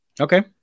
Okay